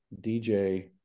DJ